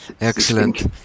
Excellent